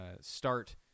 start